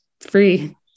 free